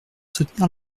soutenir